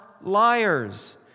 liars